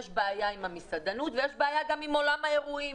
יש בעיה עם המסעדנות ויש בעיה גם עם עולם האירועים,